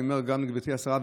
ואני אומר גם לגברתי השרה,